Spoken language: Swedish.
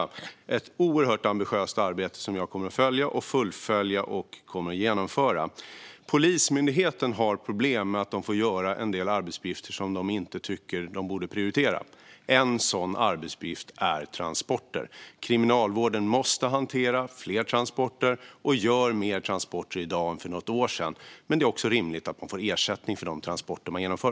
Det är ett oerhört ambitiöst arbete som jag kommer att följa, fullfölja och genomföra. Polismyndigheten har problem med att de får göra en del arbetsuppgifter som de inte tycker att de borde prioritera. En sådan arbetsuppgift är transporter. Kriminalvården måste hantera fler transporter, och man gör fler transporter i dag än för något år sedan. Men det är också rimligt att man får ersättning för de transporter man genomför.